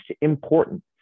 important